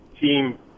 team